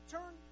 Turn